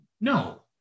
No